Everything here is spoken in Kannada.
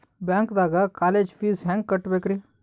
ಬ್ಯಾಂಕ್ದಾಗ ಕಾಲೇಜ್ ಫೀಸ್ ಹೆಂಗ್ ಕಟ್ಟ್ಬೇಕ್ರಿ?